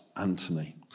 Anthony